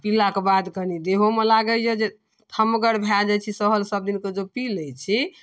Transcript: आओर पिलाके बाद कनि देहोमे लागैए जे थमगर भऽ जाइ छै सहल सबके दिन जे पीबि लै छी